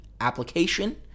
application